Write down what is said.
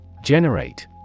Generate